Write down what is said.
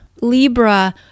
Libra